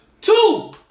Two